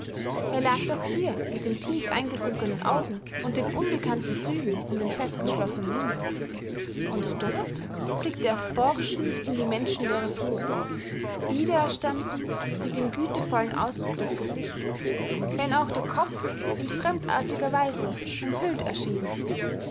er lag doch hier mit den tief eingesunkenen augen und den unbekannten zügen um den festgeschlossenen mund und dort blickte er forschend in die menschenleere flur wiedererstanden mit dem gütevollen ausdruck des gesichts wenn auch der kopf in fremdartiger weise umhüllt erschien